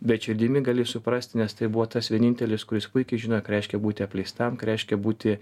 bet širdimi gali suprasti nes tai buvo tas vienintelis kuris puikiai žino ką reiškia būti apleistam ką reiškia būti